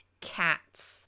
cats